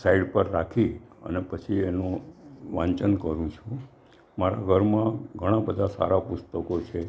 side પર રાખી અને પછી એનું વાંચન કરું છું મારા ઘરમાં ઘણાં બધાં સારા પુસ્તકો છે